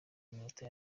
iminota